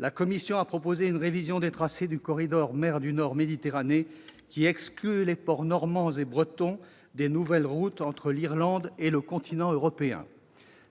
La Commission a proposé une révision des tracés du corridor qui relie la Mer du nord à la Méditerranée qui exclut les ports normands et bretons des nouvelles routes entre l'Irlande et le continent européen.